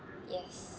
yes